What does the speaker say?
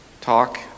talk